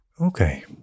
Okay